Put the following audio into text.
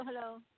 hello